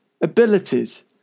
abilities